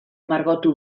margotu